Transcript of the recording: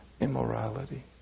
immorality